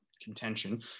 contention